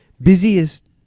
busiest